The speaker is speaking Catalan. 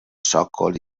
sòcol